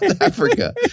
Africa